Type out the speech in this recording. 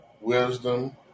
Wisdom